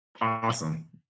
Awesome